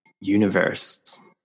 universe